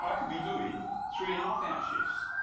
i could be doing three and a half hour shifts,